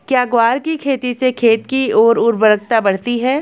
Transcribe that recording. क्या ग्वार की खेती से खेत की ओर उर्वरकता बढ़ती है?